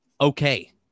okay